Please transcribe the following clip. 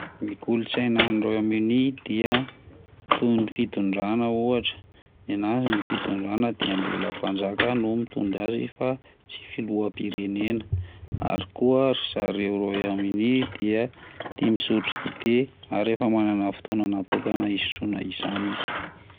Ny kolotsaina any Royaume-Uni dia toin'ny fitondrana ohatra nenazy ny fitondrana de mbola mpanjaka no mitondra azy fa tsy filoham-pirenena, ary koa ry zareo Royaume-Uni dia tia misotro dite ary efa manana fotoana natokana hisotroana izany izy.